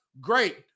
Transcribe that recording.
great